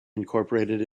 incorporated